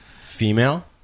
female